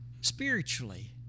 Spiritually